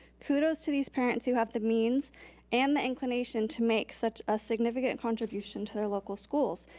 kudos to these parents who have the means and the inclination to make such a significant contribution to their local schools.